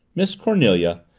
miss cornelia,